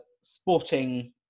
sporting